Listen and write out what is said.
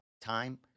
time